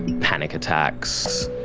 panic attacks.